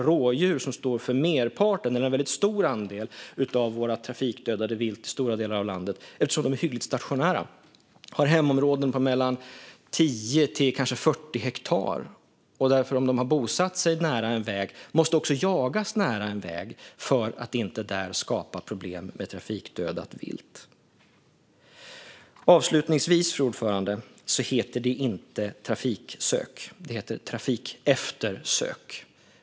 Rådjuren står för merparten eller en väldigt stor andel av det trafikdödade viltet i stora delar av landet eftersom de är hyggligt stationära. De har hemområden på mellan 10 och kanske 40 hektar, och om de har bosatt sig nära en väg måste de därför också jagas nära en väg för att man inte där ska skapa problem med trafikdödat vilt. Avslutningsvis, fru talman, heter det inte "trafiksök". Det heter "trafikeftersök".